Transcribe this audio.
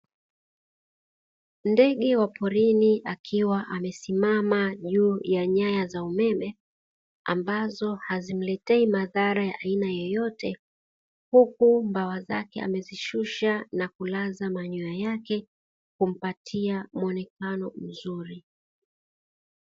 Ndege wa porini akiwa amesimama juu ya nyaya za umeme ambazo hazimletei madhara ya aina yoyote, huku mbawa zake amezishusha na kulaza manyoya yake kumpatia mwonekano mzuri.